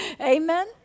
Amen